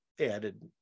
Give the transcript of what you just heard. added